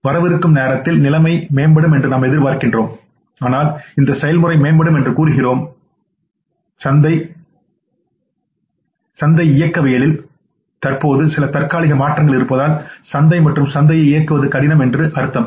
வரவிருக்கும் நேரத்தில் நிலைமை மேம்படும் என்று நாம் எதிர்பார்க்கிறோம் ஆனால் இந்த செயல்முறை மேம்படும் என்று கூறுகிறோம் ஆனால் தற்போது சந்தை இயக்கவியலில் சில தற்காலிக மாற்றங்கள் இருப்பதால் சந்தை மற்றும் சந்தையை இயக்குவது கடினம் என்று அர்த்தம்